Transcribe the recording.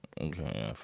Okay